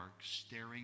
staring